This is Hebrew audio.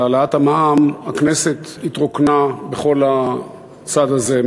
על העלאת המע"מ: הכנסת התרוקנה בכל הצד הזה,